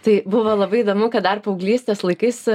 tai buvo labai įdomu kad dar paauglystės laikais